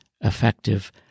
effective